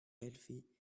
healthy